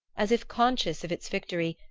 as if conscious of its victory,